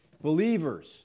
Believers